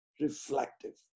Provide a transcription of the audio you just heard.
reflective